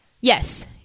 yes